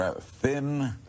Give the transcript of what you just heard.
thin